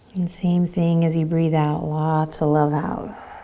and same thing as you breathe out, lots of love out.